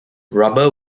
rubber